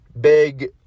Big